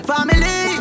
Family